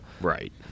Right